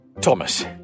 Thomas